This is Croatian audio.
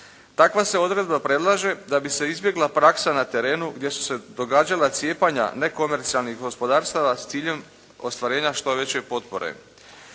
Takva se odredba predlaže da bi se izbjegla praksa na terenu gdje su se događala cijepanja nekomercijalnih gospodarstava s ciljem ostvarenja što veće potpore.